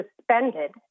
suspended